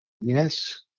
yes